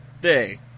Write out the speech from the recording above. day